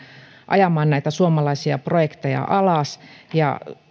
ajamaan näitä suomalaisia projekteja alas